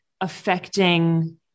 affecting